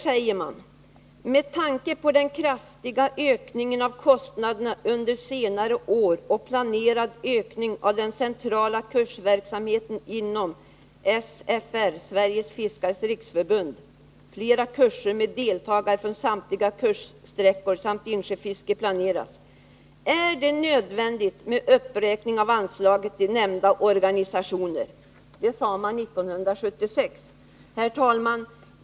I den framhölls ”att med tanke på den kraftiga ökningen av kostnaderna under senare år samt planerad ökning av den centrala kursverksamheten inom SFR, Sveriges fiskares riksförbund, och flera planerade kurser med deltagare från samtliga kuststräckor samt från insjöfiske är det nödvändigt med uppräkning av anslaget till ifrågavarande organisationer”. Det sade man 1976. Herr talman!